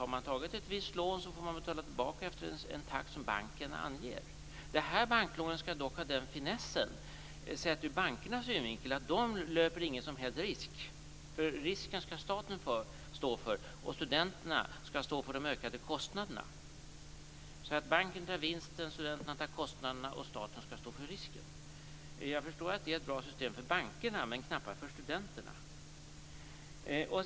Har man tagit ett visst lån får man betala tillbaka i en takt som banken anger. Det här banklånet skall dock ha den finessen sett ur bankernas synvinkel att bankerna inte löper någon som helst risk. Risken skall nämligen staten stå för, och studenterna skall stå för de ökade kostnaderna. Banken tar vinsten, studenterna tar kostnaderna och staten skall stå för risken. Jag förstår att det är ett bra system för bankerna, men knappast för studenterna.